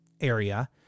area